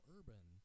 Urban